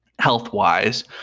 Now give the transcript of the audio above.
health-wise